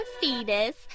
fetus